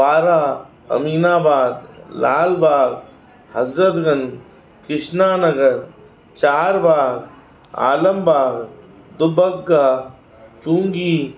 Para Aminabad Lalbagh Hazratganj Krishnanagar Charbagh Alambagh Dubagga Chungi